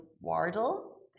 Wardle